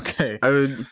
Okay